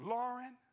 Lauren